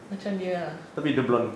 macam dia lah